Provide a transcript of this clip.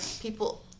People